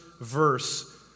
verse